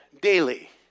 daily